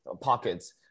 pockets